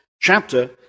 chapter